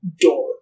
door